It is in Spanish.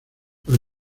los